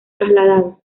trasladado